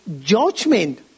judgment